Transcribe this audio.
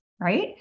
right